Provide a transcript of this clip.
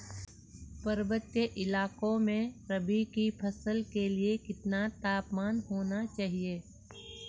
पर्वतीय इलाकों में रबी की फसल के लिए कितना तापमान होना चाहिए?